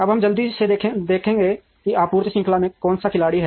अब हम जल्दी से देखेंगे कि आपूर्ति श्रृंखला में कौन से खिलाड़ी हैं